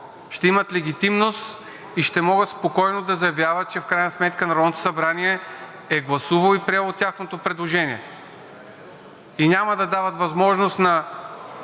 ще имат легитимност и ще могат спокойно да заявяват, че в крайна сметка Народното събрание е гласувало и приело тяхното предложение. И няма да дават възможност